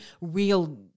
real